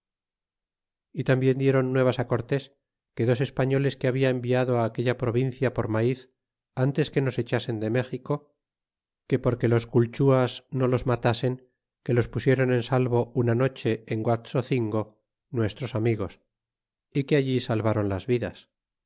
y tambien dieron nuevas cortés que dos españoles que habla enviado armella provincia por maiz ntes que nos echasen de méxico que porque los culchuas no los matasen que los pusiéron en salvo una noche en guaxocingo nuestros amigos y que alll salvé ron las vidas